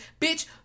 Bitch